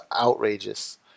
outrageous